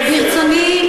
ברצוני,